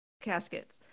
caskets